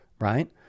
right